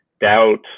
doubt